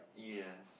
yes